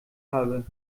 habe